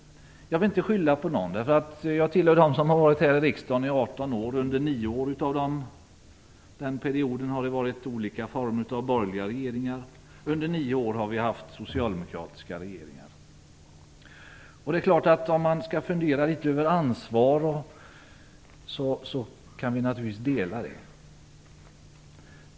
Jag vill inte skylla på någon. Jag har suttit i riksdagen i 18 år. Under 9 år har det varit olika former av borgerliga regeringar. Under 9 år har det varit socialdemokratiska regeringar. Vi delar naturligtvis ansvaret.